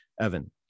Evan